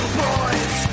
boys